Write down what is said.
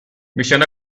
mission